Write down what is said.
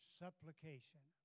supplication